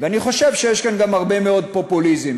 אני חושב שיש פה גם הרבה מאוד פופוליזם,